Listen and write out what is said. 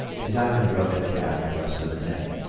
and diamond drove the cab the rest of the day.